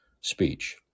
speech